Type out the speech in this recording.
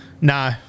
no